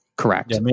correct